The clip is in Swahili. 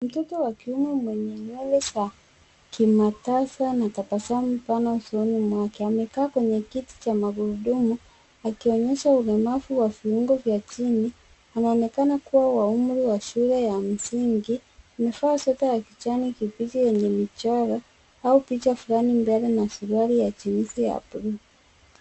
Mtoto wa kiume mwenye nywele za kimatasa ana tabasamu pana usoni mwake. Amekaa kwenye kiti cha magurudumu, akionyesha ulemavu wa viungo vya chini. Anaonekana kuwa wa umri ya shule ya msingi. Amevaa sweta ya kijani kibichi yenye michoro au picha fulani mbele na suruali ya jinisi ya buluu.